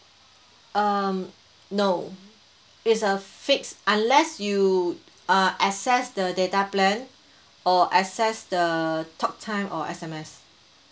um no it's a fixed unless you uh access the data plan or access the talk time or S_M_S